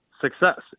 success